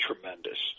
tremendous